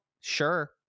sure